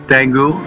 Tango